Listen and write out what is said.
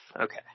Okay